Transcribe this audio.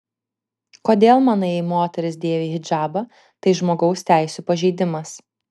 kodėl manai jei moteris dėvi hidžabą tai žmogaus teisių pažeidimas